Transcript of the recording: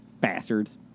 Bastards